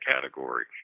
category